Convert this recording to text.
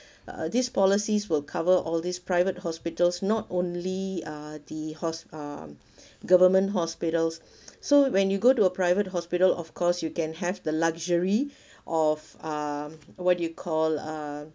uh these policies will cover all these private hospitals not only uh the hos~ um government hospitals so when you go to a private hospital of course you can have the luxury of um what do you call uh